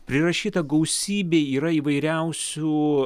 prirašyta gausybė yra įvairiausių